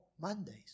Mondays